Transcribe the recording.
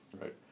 Right